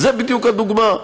זו בדיוק הדוגמה,